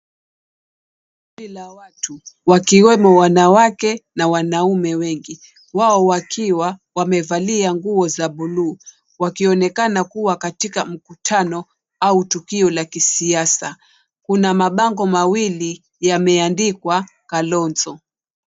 Kundi la watu wakiwemo wanawake na wanaume wengi. Wao wakiwa wamevalia nguo za buluu, wakionekana kuwa katika mkutano au tukio la kisiasa. Kuna mabango mawili yameandikwa Kalonzo.